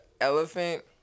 Elephant